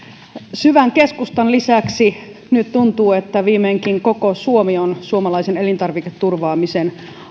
syvän keskustan lisäksi viimeinkin koko suomi on suomalaisen elintarviketuotannon turvaamisen